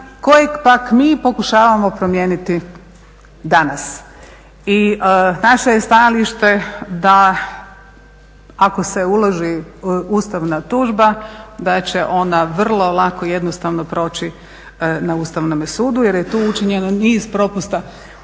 kojeg pak mi pokušavamo promijeniti danas. I naše je stajalište da ako se uloži ustavna tužba da će ona vrlo lako i jednostavno proći na Ustavnom sudu jer je tu učinjeno niz propusta. Ono